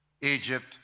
Egypt